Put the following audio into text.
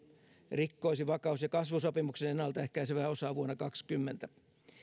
rikkoisi vakaus ja kasvusopimuksen ennalta ehkäisevää osaa vuonna kaksikymmentä